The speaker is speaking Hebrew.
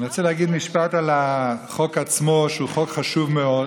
אני רוצה להגיד משפט על החוק עצמו: הוא חוק חשוב מאוד,